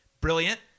brilliant